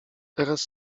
teraz